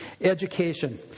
Education